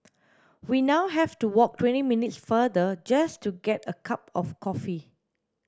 we now have to walk twenty minutes farther just to get a cup of coffee